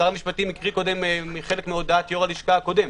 שר המשפטים הקריא קודם חלק מהודעת יו"ר הלשכה הקודם.